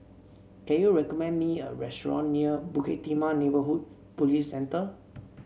can you recommend me a restaurant near Bukit Timah Neighbourhood Police Centre